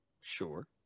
Sure